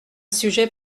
sujet